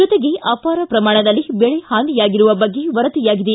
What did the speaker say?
ಜೊತೆಗೆ ಅಪಾರ ಪ್ರಮಾಣದಲ್ಲಿ ಬೆಳೆ ಹಾನಿಯಾಗಿರುವ ಬಗ್ಗೆ ವರದಿಯಾಗಿದೆ